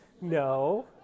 no